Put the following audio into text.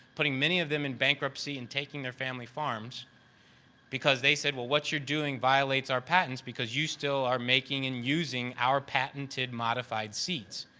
putting many of them in bankruptcy and taking their family farms because they said, well, what you're doing violates our patents because you still are making and using our patented modified seeds.